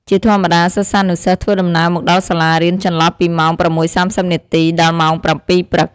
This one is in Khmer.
ជាធម្មតា សិស្សានុសិស្សធ្វើដំណើរមកដល់សាលារៀនចន្លោះពីម៉ោង ៦:៣០នាទី ដល់ម៉ោង ៧:០០ ព្រឹក។